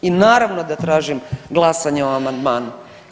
I naravno da tražim glasanje o amandmanu.